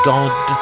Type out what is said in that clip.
God